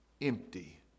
empty